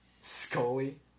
Scully